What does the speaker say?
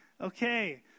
Okay